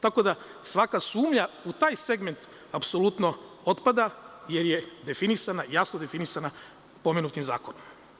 Tako da, svaka sumnja u taj segment apsolutno otpada, jer je jasno definisana pomenutim zakonom.